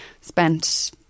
spent